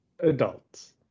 adults